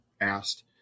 asked